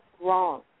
wrong